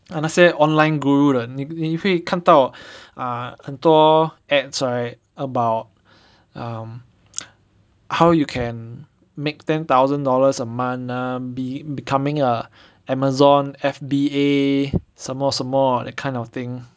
ah 那些 online guru 的你会看到 ah 很多 ads right about um how you can make ten thousand dollars a month ah be becoming a Amazon F_B_A 什么什么 that kind of thing